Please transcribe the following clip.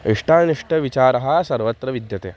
इष्टानिष्टविचारः सर्वत्र विद्यते